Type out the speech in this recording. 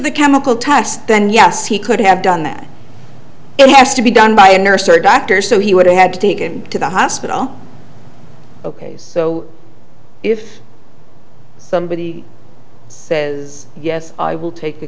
the chemical test then yes he could have done that it has to be done by a nurse or doctor so he would have had to take him to the hospital ok so if somebody says yes i will take